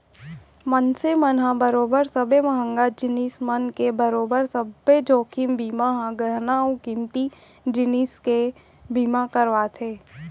मनसे मन ह बरोबर सबे महंगा जिनिस मन के बरोबर सब्बे जोखिम बीमा म गहना अउ कीमती जिनिस के बीमा करवाथे